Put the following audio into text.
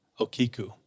Okiku